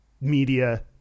media